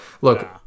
look